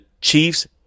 Chiefs